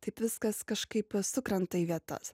taip viskas kažkaip sukrenta į vietas